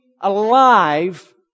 alive